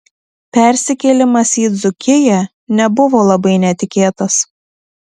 persikėlimas į dzūkiją nebuvo labai netikėtas